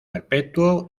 perpetuo